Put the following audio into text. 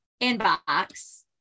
inbox